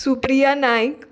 Supriya Naik